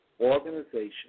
organization